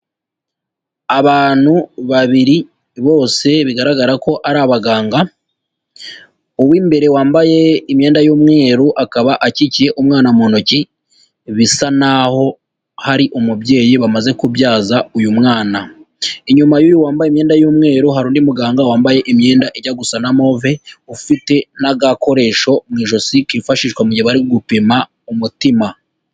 Abantu babiri bose bigaragara ko ari abaganga, uw'imbere wambaye imyenda y'umweru akaba akikiye umwana mu ntoki, bisa naho hari umubyeyi bamaze kubyaza uyu mwana. Inyuma y'uyu wambaye imyenda y'umweru hari undi muganga wambaye imyenda ijya gusa na move, ufite n'agakoresho mu ijosi kifashishwa mu gihe bari gupima umutima.